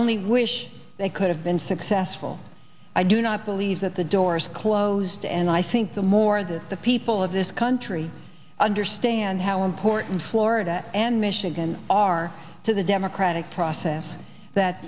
only wish they could have been successful i do not believe that the doors closed and i think the more that the people of this country understand how important florida and michigan are to the democratic process that